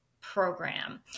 program